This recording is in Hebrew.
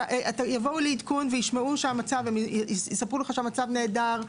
יבואו לעדכון ויספרו לך שהמצב נהדר,